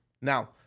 Now